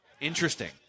Interesting